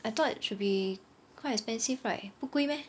I thought should be quite expensive right 不贵 meh